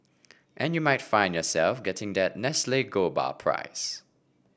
and you might find yourself getting that Nestle gold bar prize